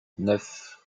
neuf